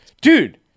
Dude